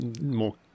more